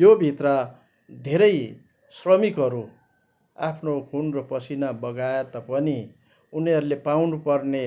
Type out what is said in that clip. योभित्र धेरै श्रमिकहरू आफ्नो खुन र पसिना बगाए तापनि उनीहरूले पाउनु पर्ने